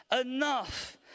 enough